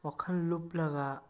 ꯋꯥꯈꯜ ꯂꯨꯞꯂꯒ